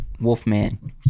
Wolfman